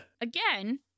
again